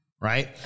right